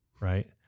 Right